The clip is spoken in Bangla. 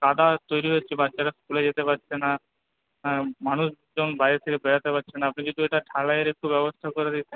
কাদা তৈরি হচ্ছে বাচ্চারা স্কুলে যেতে পারছে না মানুষজন বাড়ি থেকে বেরাতে পারছে না আপনি যদি ওটা ঢালাইয়ের একটু ব্যবস্থা করে দিতেন